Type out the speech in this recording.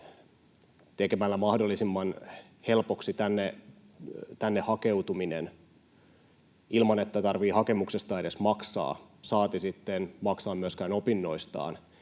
tekemällä mahdollisimman helpoksi tänne hakeutumisen ilman, että tarvitsee hakemuksesta edes maksaa saati sitten maksaa myöskään opinnoistaan,